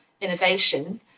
innovation